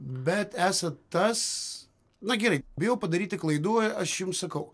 bet esat tas na gerai bijau padaryti klaidų e aš jum sakau